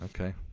okay